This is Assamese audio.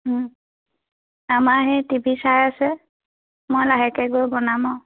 আমাৰ সেই টি ভি চাই আছে মই লাহেকৈ গৈ বনাম আৰু